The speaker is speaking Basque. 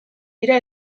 dira